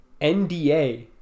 NDA